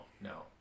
No